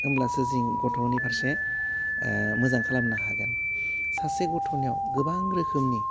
होमब्लासो जिं गथ'नि फारसे ओह मोजां खालामनो हागोन सासे गथ'नियाव गोबां रोखोमनि